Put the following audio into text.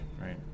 right